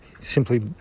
simply